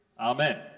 Amen